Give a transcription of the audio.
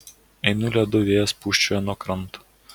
einu ledu vėjas pūsčioja nuo kranto